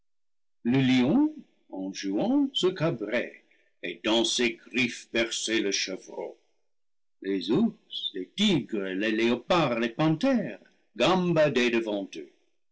le lion en jouant se cabrait et dans ses griffes berçait le chevreau les ours les tigres les léopards les panthères gambadaient devant eux